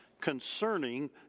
Concerning